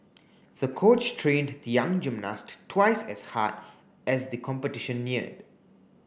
the coach trained the young gymnast twice as hard as the competition neared